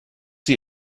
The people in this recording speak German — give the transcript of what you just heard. sie